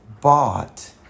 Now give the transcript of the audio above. bought